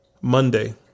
Monday